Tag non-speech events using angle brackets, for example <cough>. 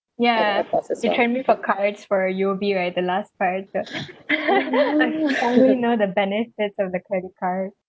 ya you turn me for cards for a U_O_B right the last part the <laughs> I only know the benefits of the credit card